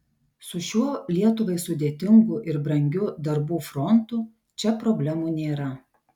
su šiuo lietuvai sudėtingu ir brangiu darbų frontu čia problemų nėra